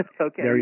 Okay